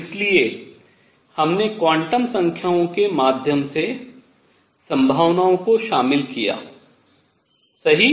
इसलिए हमने क्वांटम संख्याओं के माध्यम से संभावनाओं को शामिल किया सही